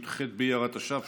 י"ח באייר התש"ף,